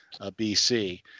BC